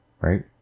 Right